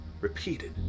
repeated